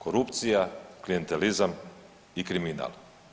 Korupcija, klijentelizam i kriminal.